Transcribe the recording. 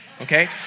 okay